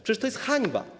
Przecież to jest hańba.